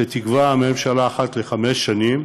שתקבע הממשלה אחת לחמש שנים,